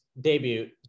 debut